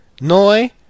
Noi